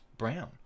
brown